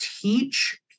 teach